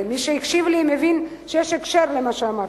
מי שהקשיב לי מבין שיש קשר למה שאמרתי.